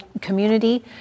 community